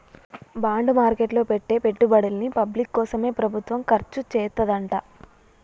bond market లో పెట్టే పెట్టుబడుల్ని పబ్లిక్ కోసమే ప్రభుత్వం ఖర్చుచేత్తదంట